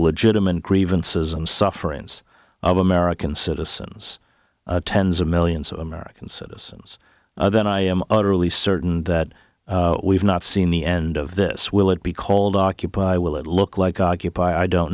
legitimate grievances and sufferings of american citizens tens of millions of american citizens then i am utterly certain that we've not seen the end of this will it be called occupy will it look like occupy i don't